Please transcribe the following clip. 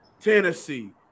Tennessee